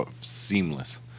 seamless